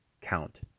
count